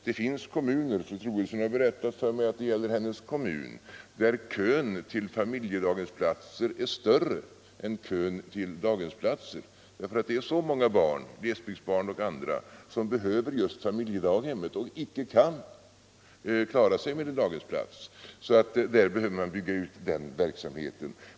Det finns kommuner -— fru Troedsson har berättat för mig att det gäller hennes kommun =— där kön till familjedaghemsplatser är större än kön till daghemsplatser, därför att det är så många barn som behöver just familjedaghemmet och icke kan klara sig med en daghemsplats, så där behöver man bygga ut familjedaghemsverksamheten.